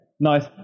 Nice